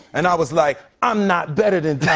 and i was like, i'm not better than